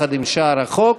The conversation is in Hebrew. יחד עם שאר החוק,